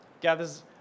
gathers